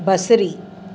बसरी